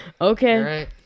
Okay